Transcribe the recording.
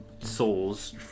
souls